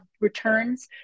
returns